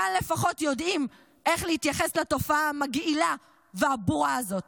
כאן לפחות יודעים איך להתייחס לתופעה המגעילה והבורה הזאת.